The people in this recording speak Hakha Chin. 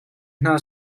hna